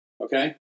okay